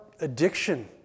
addiction